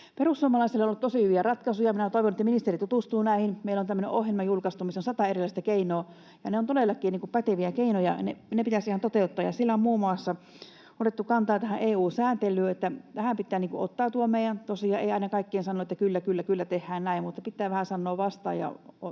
Perussuomalaisilla on ollut tosi hyviä ratkaisuja. Minä toivon, että ministeri tutustuu näihin. Me ollaan julkaistu tämmöinen ohjelma, missä on sata erilaista keinoa. Ne ovat todellakin päteviä keinoja, ja ne pitäisi ihan toteuttaa. Siellä on muun muassa otettu kantaa tähän EU-sääntelyyn niin, että tähän pitää ottautua eikä tosiaan aina kaikkeen sanoa, että kyllä, kyllä, kyllä, tehdään näin. Pitää vähän sanoa vastaan